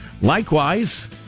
Likewise